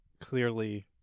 clearly